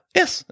yes